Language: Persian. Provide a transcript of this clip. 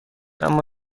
اما